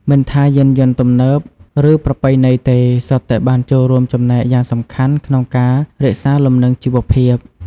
មិនថាយានយន្តទំនើប ឬប្រពៃណីទេ សុទ្ធតែបានចូលរួមចំណែកយ៉ាងសំខាន់ក្នុងការរក្សាលំនឹងជីវភាព។